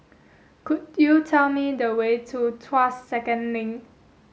could you tell me the way to Tuas Second Link